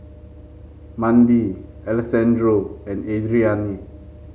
Mandi Alessandro and Adrianne